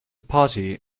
party